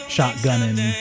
Shotgunning